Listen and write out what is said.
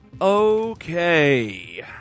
Okay